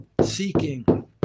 seeking